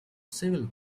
civil